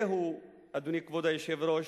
זהו, אדוני היושב-ראש,